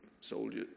soldier